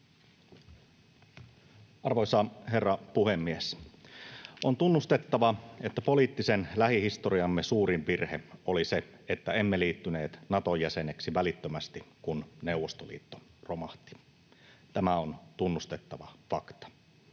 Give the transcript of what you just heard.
Arvoisa herra puhemies! On tunnustettava, että poliittisen lähihistoriamme suurin virhe oli se, että emme liittyneet Naton jäseneksi välittömästi, kun Neuvostoliitto romahti — tämä on tunnustettava fakta.